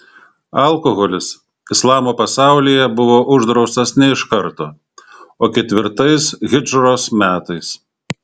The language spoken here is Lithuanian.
alkoholis islamo pasaulyje buvo uždraustas ne iš karto o ketvirtais hidžros metais